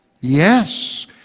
Yes